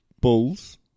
Bulls